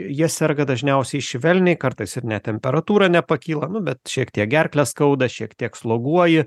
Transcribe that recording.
jie serga dažniausiai švelniai kartais ir net temperatūra nepakyla nu bet šiek tiek gerklę skauda šiek tiek sloguoji